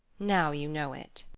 now you know it.